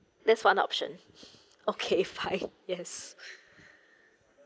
that's one option okay fine yes